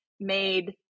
made